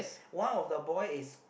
one of the boy is